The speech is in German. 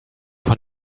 von